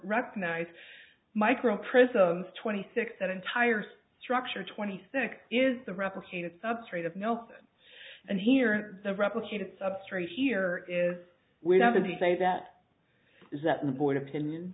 recognized micro prisms twenty six that entire structure twenty six is the replicated substrate of nelson and here in the replicated substrate here is we're not going to say that is that board opinion